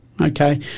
Okay